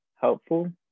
helpful